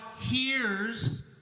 hears